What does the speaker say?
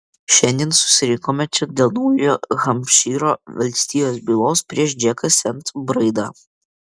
šiandien susirinkome čia dėl naujojo hampšyro valstijos bylos prieš džeką sent braidą